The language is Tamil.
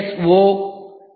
ஓ பி